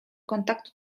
kontaktu